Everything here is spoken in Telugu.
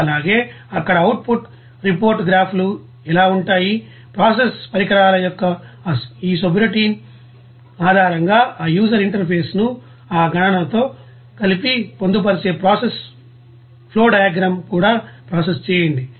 అలాగే అక్కడ అవుట్పుట్ రిపోర్ట్ గ్రాఫ్లు ఎలా ఉంటాయి ప్రాసెస్ పరికరాల యొక్క ఈ సబ్రౌటిన్ ఆధారంగా ఆ యూజర్ ఇంటర్ఫేస్ను ఆ గణనతో కలిపి పొందుపరిచే ప్రాసెస్ ఫ్లోడయా గ్రామ్ కూడా ప్రాసెస్ చేయండి